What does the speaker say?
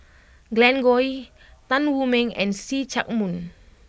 Glen Goei Tan Wu Meng and See Chak Mun